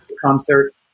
concert